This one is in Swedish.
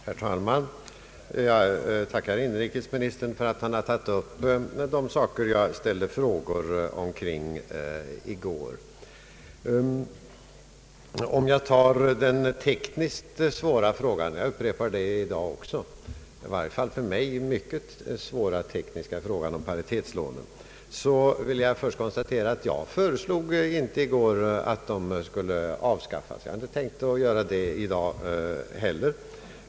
Herr talman! Jag tackar inrikesministern för att han har tagit upp de frågor jag ställde i går. Låt mig börja med den tekniskt svåra frågan — jag upprepar i dag att paritetslånen i varje fall för mig är en mycket svår teknisk fråga. Jag vill då först konstatera att jag i går inte föreslog att de skulle avskaffas. Jag har inte tänkt göra det i dag heller.